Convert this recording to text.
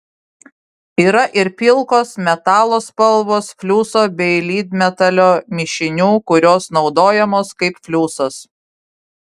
yra ir pilkos metalo spalvos fliuso bei lydmetalio mišinių kurios naudojamos kaip fliusas